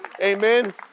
Amen